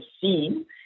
seen